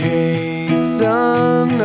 Jason